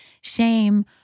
shame